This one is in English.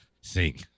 sing